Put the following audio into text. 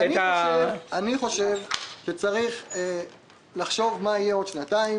אני חושב שצריך לחשוב מה יהיה בעוד שנתיים,